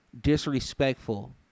Disrespectful